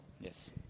Yes